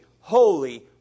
holy